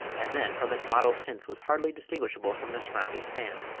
and then from its mottled tints was hardly distinguishable from the surrounding sand.